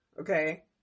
Okay